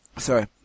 sorry